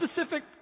specific